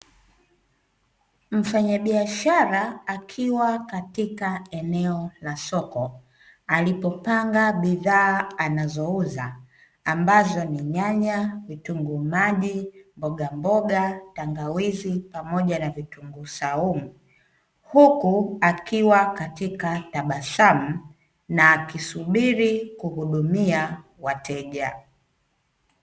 Mfanyabiashara akiwa katika eneo la soko, alipopanga bidhaa anazouza, ambazo ni: nyanya, vitunguu maji, mbogamboga, tangawizi pamoja na vitunguu swaumu, huku akiwa katika tabasamu na akisubiri kuhudumia wateja.